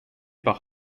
par